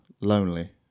lonely